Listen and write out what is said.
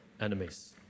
enemies